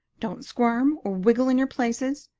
don't squirm or wriggle in your places.